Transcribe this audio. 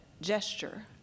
gesture